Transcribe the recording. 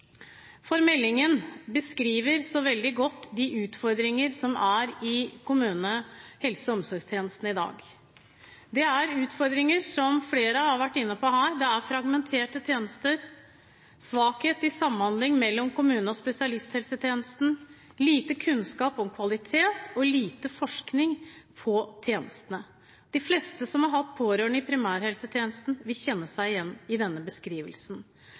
meldingen beskriver så veldig godt de utfordringer som er i den kommunale helse- og omsorgstjenesten i dag. Det er utfordringer, som flere har vært inne på her, det er fragmenterte tjenester, svakhet i samhandling mellom kommune og spesialisthelsetjenesten, lite kunnskap om kvalitet og lite forskning på tjenestene. De fleste som har hatt pårørende i primærhelsetjenesten, vil kjenne seg igjen i denne beskrivelsen.